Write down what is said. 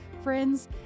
friends